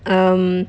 um